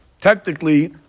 technically